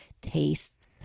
tastes